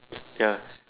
ya